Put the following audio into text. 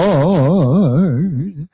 Lord